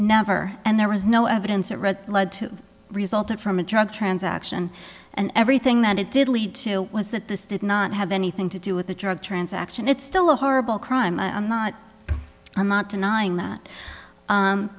never and there was no evidence that red lead to resulted from a drug transaction and everything that it did lead to was that this did not have anything to do with a drug transaction it's still a horrible crime i'm not i'm not denying that